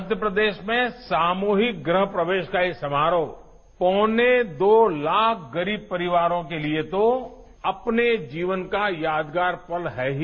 मध्यप्रदेश में सामूहिक गृह प्रवेश का यह समारोह पौने दो लाख गरीब परिवारों के लिए तो अपने जीवन का यादगार पल है ही